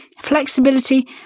flexibility